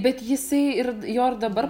bet jisai ir d jo dabar